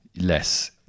less